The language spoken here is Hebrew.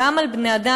גם על בני-אדם,